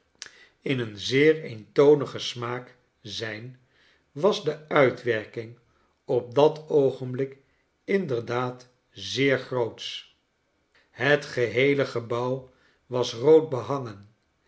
in een zeer eentonigen smaak zijn was de uitwerking op dat oogenblik inderdaad zeer grootsch het geheele gebouw was rood behangen